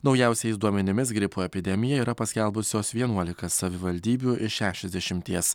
naujausiais duomenimis gripo epidemiją yra paskelbusios vienuolika savivaldybių iš šešiasdešimties